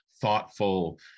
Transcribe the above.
thoughtful